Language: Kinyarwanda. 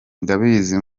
ndabizi